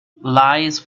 lies